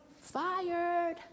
Fired